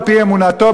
על-פי אמונתו,